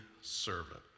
servant